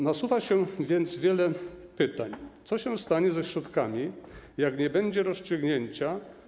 Nasuwa się więc wiele pytań: Co się stanie ze środkami, jak nie będzie rozstrzygnięcia?